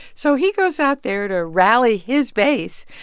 so he goes out there to rally his base.